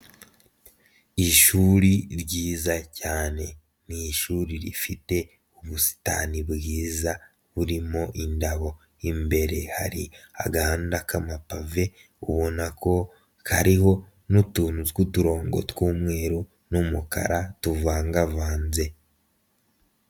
Ishuri ryiza cyane, ni ishuri rifite ubusitani bwiza burimo indabo imbere hari agahinda k'amampave ubona ko kariho n'utuntu twuturongo tw'umweru n'umukara tuvangavanze.